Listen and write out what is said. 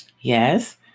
Yes